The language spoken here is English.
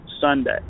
Sunday